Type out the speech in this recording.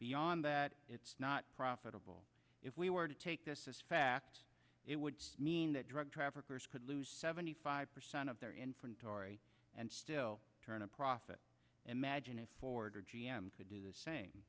beyond that it's not profitable if we were to take this fact it would mean that drug traffickers could lose seventy five percent of their infant torrie and still turn a profit imagine if ford or g m could do the same